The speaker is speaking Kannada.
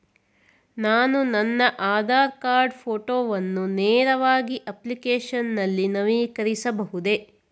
ನಾನು ನನ್ನ ಆಧಾರ್ ಕಾರ್ಡ್ ಫೋಟೋವನ್ನು ನೇರವಾಗಿ ಅಪ್ಲಿಕೇಶನ್ ನಲ್ಲಿ ನವೀಕರಿಸಬಹುದೇ?